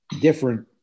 different